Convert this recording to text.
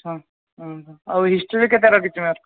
ହଁ ଓ ଓଃ ଆଉ ହିଷ୍ଟ୍ରିରେ କେତେ ରଖିଛି ମାର୍କ୍